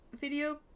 video